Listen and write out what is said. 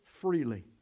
freely